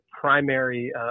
primary